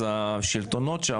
אז השלטונות שם,